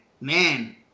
man